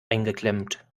eingeklemmt